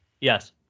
Yes